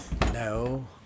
No